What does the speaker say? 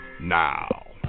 now